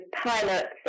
pilots